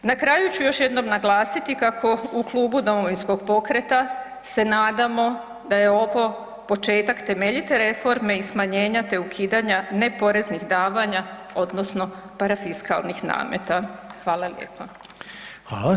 Na kraju ću još jednom naglasiti kako u Klubu Domovinskog pokreta se nadamo da je ovo početak temeljite reforme i smanjenja, te ukidanja neporeznih davanja odnosno parafiskalnih nameta.